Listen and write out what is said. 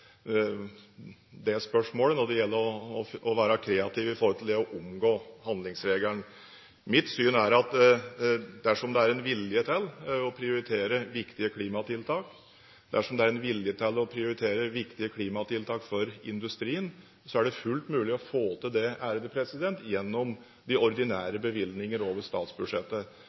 det spørsmålet når det gjelder å være kreativ for å omgå handlingsregelen. Mitt syn er at dersom det er en vilje til å prioritere viktige klimatiltak, dersom det er en vilje til å prioritere viktige klimatiltak for industrien, er det fullt mulig å få til det gjennom de ordinære bevilgningene over statsbudsjettet.